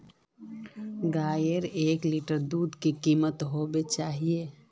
गायेर एक लीटर दूधेर कीमत की होबे चही?